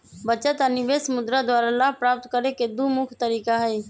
बचत आऽ निवेश मुद्रा द्वारा लाभ प्राप्त करेके दू मुख्य तरीका हई